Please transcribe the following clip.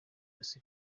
yose